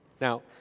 Now